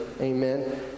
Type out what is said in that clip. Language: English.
amen